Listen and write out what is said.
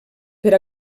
per